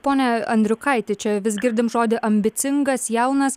pone andriukaiti čia vis girdim žodį ambicingas jaunas